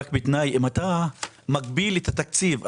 רק בתנאי אם אתה מגביל את התקציב.